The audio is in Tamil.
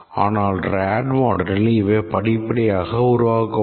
ஆனால் ரேடு மாடலில் இவை படிப்படியாக உருவாக்கப்படும்